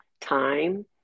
time